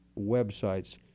websites